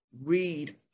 read